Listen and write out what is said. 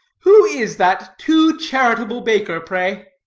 who is that too charitable baker, pray?